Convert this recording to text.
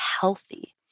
healthy